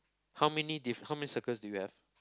how many diff~ how many circles do you have